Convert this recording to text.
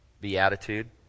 beatitude